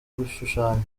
gushushanya